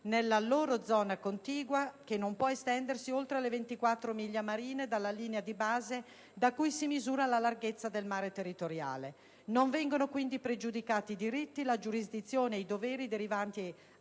nella loro zona contigua, che non può estendersi oltre le 24 miglia marine dalla linea di base da cui si misura la larghezza del mare territoriale. Non vengono quindi pregiudicati i diritti, la giurisdizione e i doveri derivanti